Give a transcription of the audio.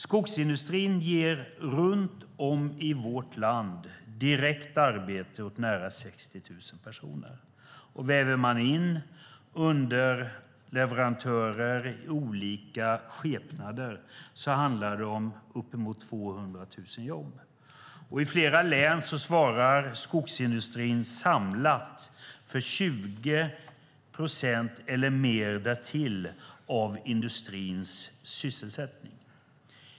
Skogsindustrin ger runt om i vårt land direkt arbete åt nära 60 000 personer, och väver man in underleverantörer i olika skepnader handlar det om uppemot 200 000 jobb. I flera län svarar skogsindustrin samlat för 20 procent, eller mer, av industrins sysselsättning.